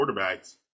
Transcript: quarterbacks